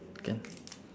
can